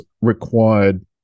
required